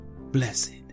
Blessed